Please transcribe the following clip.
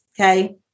Okay